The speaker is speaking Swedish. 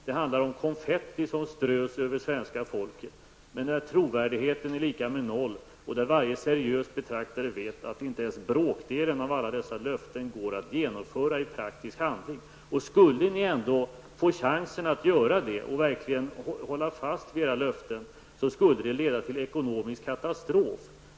Det handlar om konfetti som strös över svenska folket. Trovärdigheten är dock lika med noll, och varje seriös betraktare vet att inte ens bråkdelen av alla dessa löften går att genomföra i praktisk handling. Skulle ni ändå få chansen att göra det och verkligen hålla fast vid era löften, skulle det leda till ekonomisk katastrof.